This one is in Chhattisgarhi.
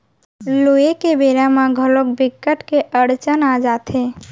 लूए के बेरा म घलोक बिकट के अड़चन आ जाथे